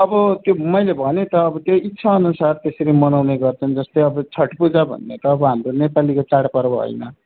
अब त्यो मैले भने त त्यो इच्छा अनुसार त्यसरी मनाउने गर्छन् जस्तै अब छट पूजा भन्ने त अब हाम्रो नेपालीको चाड पर्व होइन